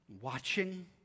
watching